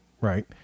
right